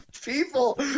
people